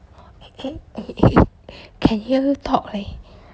eh can hear you talk leh